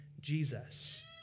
Jesus